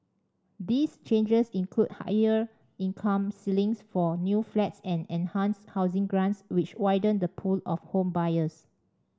these changes include higher income ceilings for new flats and enhanced housing grants which widen the pool of home buyers